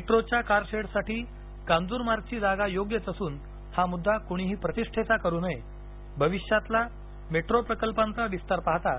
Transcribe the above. मेट्रोच्या कारशेडसाठी कांजूरमार्गची जागा योग्यच असून हा मुद्दा कोणीही प्रतिष्ठेचा करु नये भविष्यातला मेट्रो प्रकल्पांचा विस्तार पाहता